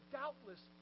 doubtless